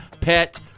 pet